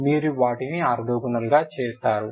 మీరు వారిని ఆర్తోగోనల్గా చేస్తారు